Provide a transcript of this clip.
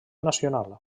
nacional